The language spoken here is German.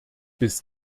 bis